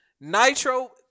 Nitro